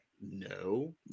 No